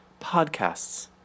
Podcasts